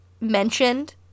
mentioned